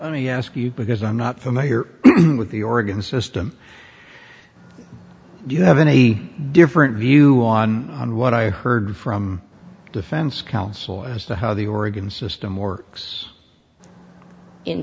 me ask you because i'm not familiar with the oregon system do you have any different view on what i heard from defense counsel as to how the oregon system works in